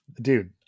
dude